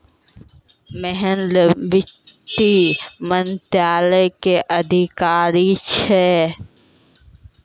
महेन्द्र वित्त मंत्रालय के अधिकारी छेकै